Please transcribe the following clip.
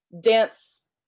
dance